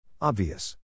Obvious